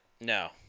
No